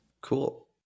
Cool